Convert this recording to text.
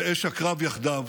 ואש הקרב יחדיו.